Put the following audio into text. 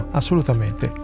assolutamente